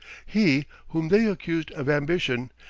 he whom they accused of ambition,